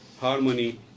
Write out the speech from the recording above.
harmony